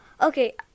Okay